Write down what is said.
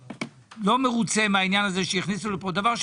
אני לא מרוצה מן העניין הזה שהכניסו לפה דבר,